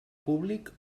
públic